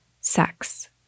sex